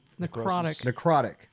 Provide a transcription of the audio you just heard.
Necrotic